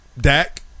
Dak